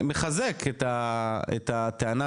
מחזק את הטענה,